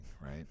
right